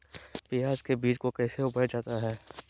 प्याज के बीज को कैसे बोया जाता है?